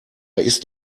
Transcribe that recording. ist